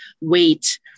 weight